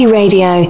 radio